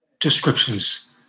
descriptions